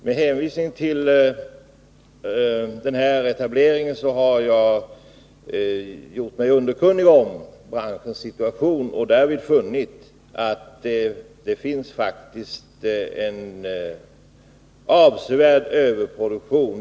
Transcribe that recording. Med hänvisning till denna etablering har jag gjort mig underkunnig om branschens situation och därvid funnit att det faktiskt finns en avsevärd överproduktion.